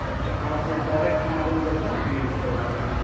اچھا آپ ڈائریکٹ ہمارے مدرسے میں ڈلیوری کروا دیں گے